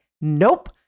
nope